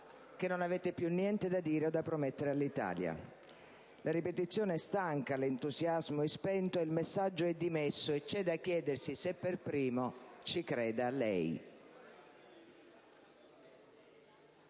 che non ha più niente da dire e da promettere all'Italia. La ripetizione è stanca, l'entusiasmo è spento, il messaggio è dimesso, e c'è da chiedersi se per primo ci creda lei.